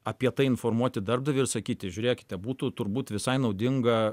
apie tai informuoti darbdavį ir sakyti žiūrėkite būtų turbūt visai naudinga